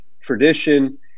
tradition